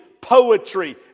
poetry